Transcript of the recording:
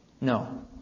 No